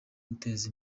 guteza